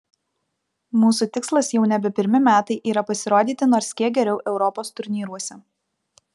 mūsų tikslas jau nebe pirmi metai yra pasirodyti nors kiek geriau europos turnyruose